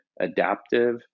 adaptive